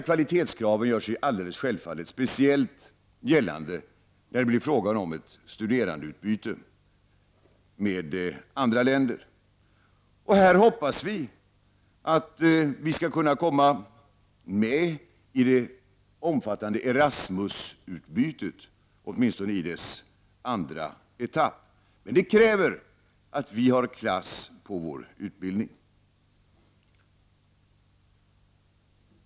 Kvalitetskrav gör sig självfallet alldeles speciellt gällande när det blir fråga om ett studerandeutbyte med andra länder. Här hoppas vi moderater att Sverige skall komma med i det omfattande ERASMUS-utbytet, åtminstone i dess andra etapp. Men det kräver att vi har klass på vår utbildning.